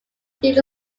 did